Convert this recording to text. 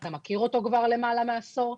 אתה מכיר אותו כבר למעלה מעשור?